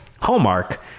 hallmark